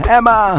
Emma